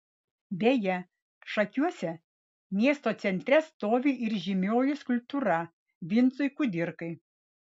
beje šakiuose miesto centre stovi ir žymioji skulptūra vincui kudirkai